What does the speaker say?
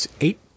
eight